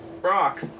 Brock